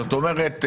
זאת אומרת,